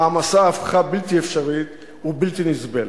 המעמסה הפכה בלתי אפשרית ובלתי נסבלת.